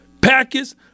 Packers